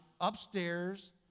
upstairs